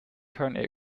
currently